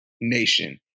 nation